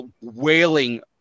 wailing